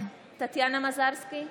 טטיאנה מזרסקי,